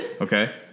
Okay